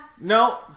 No